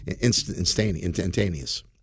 instantaneous